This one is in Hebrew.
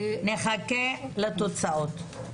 נחכה לתוצאות,